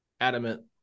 adamant